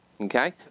Okay